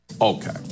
Okay